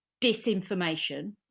disinformation